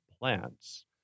plants